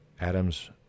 Adam's